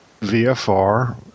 VFR